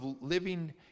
living